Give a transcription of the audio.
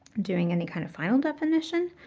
doing any kind of final definition,